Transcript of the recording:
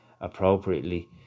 appropriately